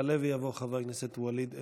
יעלה ויבוא חבר הכנסת ואליד אלהואשלה.